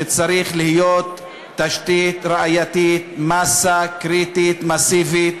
שצריך להיות תשתית ראייתית, מאסה קריטית, מסיבית,